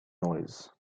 noise